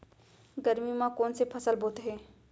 गरमी मा कोन से फसल होथे?